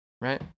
Right